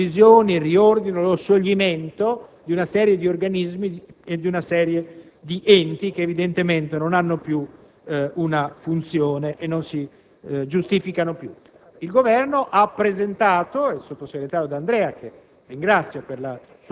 in relazione ad un provvedimento così importante come la revisione, il riordino, lo scioglimento di una serie di organismi e di enti che, evidentemente, non svolgono più nessuna funzione e non si giustificano più.